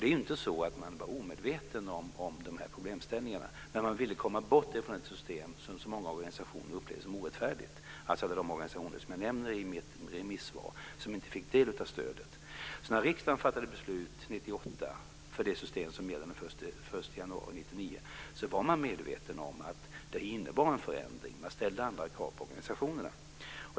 Det är inte så att man var omedveten om de här problemen, men man ville komma bort från det system som så många organisationer upplevde som orättfärdigt. Det gäller de organisationer som jag nämner i mitt interpellationssvar som inte fick del av stödet. När riksdagen 1998 fattade beslut om det system som gäller från den 1 januari 1999 var man medveten om att det innebar en förändring. Man ställde andra krav på organisationerna.